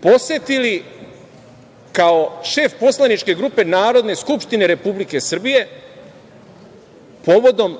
posetili kao šef poslaničke grupe Narodne skupštine Republike Srbije, povodom